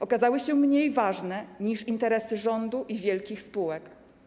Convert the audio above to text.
Okazały się mniej ważne niż interesy rządu i wielkich spółek.